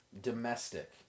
domestic